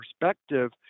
perspective